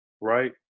Right